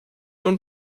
und